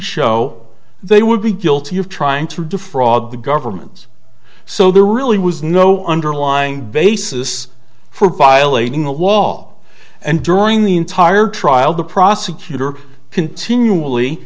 show they would be guilty of trying to defraud the government so there really was no underlying basis for violating the law and during the entire trial the prosecutor continually